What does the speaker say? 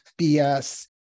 BS